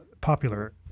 popular